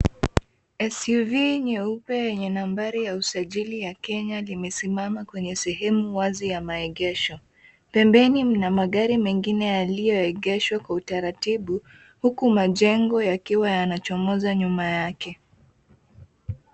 SUV nyeupe yenye nambari ya usajili ya Kenya limesimama kwenye sehemu wazi ya maegesho. Pembeni mna magari mengine yaliyoegeshwa kwa utaratibu huku majengo yakiwa yanachomoza nyuma yake.